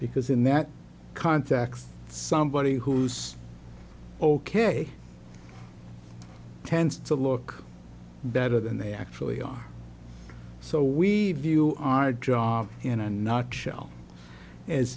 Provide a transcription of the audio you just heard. because in that context somebody who's ok tends to look better than they actually are so we view our job in a nutshell